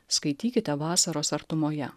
skaitykite vasaros artumoje